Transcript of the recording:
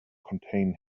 contain